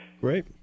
Great